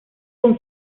con